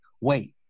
wait